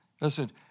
Listen